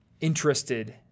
interested